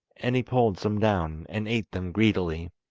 and he pulled some down, and ate them greedily.